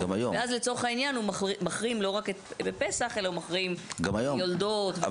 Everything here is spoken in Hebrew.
ואז לצורך העניין הוא מחרים לא רק בפסח אלא הוא מחרים יולדות וכולי.